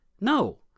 No